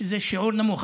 שזה שיעור נמוך.